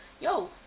Yo